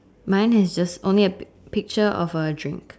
mine is just only a pic~ picture of a drink